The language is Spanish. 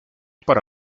para